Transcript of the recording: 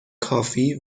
کافی